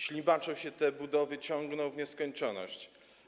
Ślimaczą się te budowy, ciągną w nieskończoność.